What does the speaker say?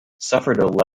suffered